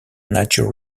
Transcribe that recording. nature